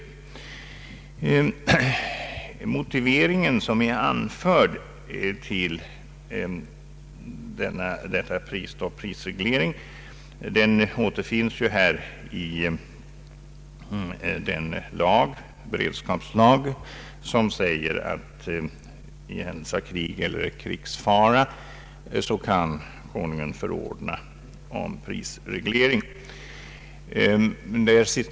Den motivering som anförts till prisregleringen återfinns i den beredskapslag som säger att Konungen i händelse av krig eller krigsfara kan förordna om prisreglering.